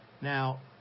Now